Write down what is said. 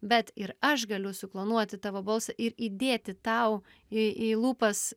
bet ir aš galiu suplanuoti tavo balsą ir įdėti tau į į lūpas